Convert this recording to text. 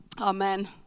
Amen